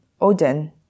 Odin